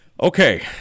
okay